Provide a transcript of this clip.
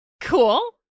cool